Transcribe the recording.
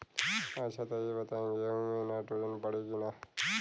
अच्छा त ई बताईं गेहूँ मे नाइट्रोजन पड़ी कि ना?